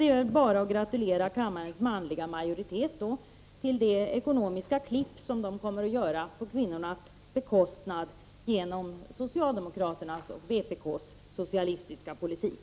Det är väl bara att gratulera kammarens manliga majoritet till det ekonomiska klipp som männen kommer att göra på kvinnornas bekostnad genom socialdemokraternas och vpk:s socialistiska politik.